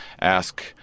ask